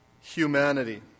humanity